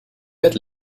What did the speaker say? bed